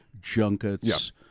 junkets